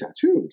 tattooed